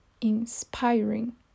inspiring